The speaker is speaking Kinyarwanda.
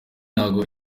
ntabwo